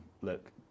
look